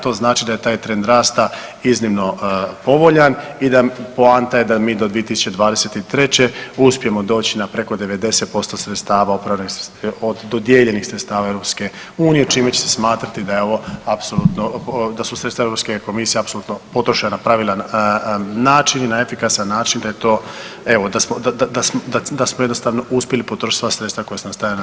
To znači da je taj trend rasta iznimno povoljan i poanta je da mi do 2023. uspijemo doći na preko 90% sredstava, dodijeljenih sredstava EU čime će se smatrati da je ovo apsolutno da su sredstva Europske komisije apsolutno podržana pravila, načini na efikasan način da je to evo da smo jednostavno uspjeli potrošiti sva sredstva koja su nam stavljena na